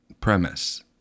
premise